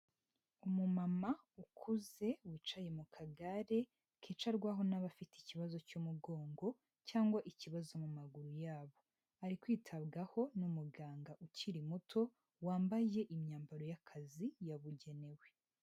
umumama ukuze wicaye mu kagare kicarwaho n'abafite ikibazo cy'umugongo cyangwa ikibazo mu maguru yabo, ari kwitabwaho n'umuganga ukiri muto wambaye imyambaro y'akazi yabugenewe.